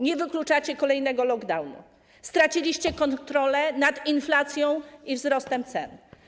Nie wykluczacie kolejnego lockdownu, straciliście kontrolę nad inflacją i wzrostem cen.